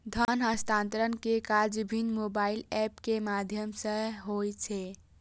धन हस्तांतरण के काज विभिन्न मोबाइल एप के माध्यम सं सेहो होइ छै